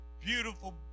beautiful